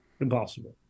impossible